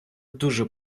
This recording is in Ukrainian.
дуже